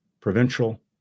provincial